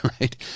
Right